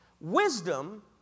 Wisdom